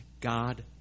God